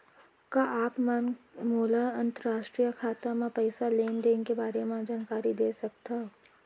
का आप मन मोला अंतरराष्ट्रीय खाता म पइसा लेन देन के बारे म जानकारी दे सकथव?